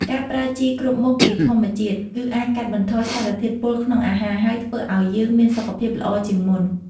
ការប្រើជីគ្រប់មុខពីធម្មជាតិ គឺអាចកាត់បន្ថយសារធាតុពុលក្នុងអាហារ ហើយធ្វើអោយយើងមានសុខភាពល្អជាងមុន។